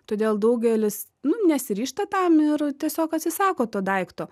todėl daugelis nu nesiryžta tam ir tiesiog atsisako to daikto